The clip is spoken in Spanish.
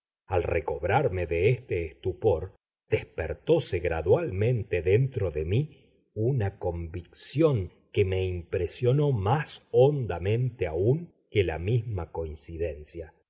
al recobrarme de este estupor despertóse gradualmente dentro de mí una convicción que me impresionó más hondamente aún que la misma coincidencia